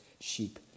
sheep